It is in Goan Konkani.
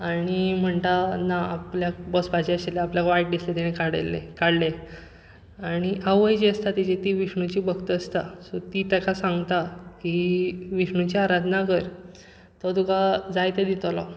आनी म्हणटा ना आपल्याक बसपाचे आशिल्ले आपल्याक वायट दिसलें तिणें काडयलें काडले आनी आवय जी आसता ती तेजी विष्णूची भक्त आसता सो ती ताका सांगता की विष्णूची आराधना कर तो तुका जाय ते दितलो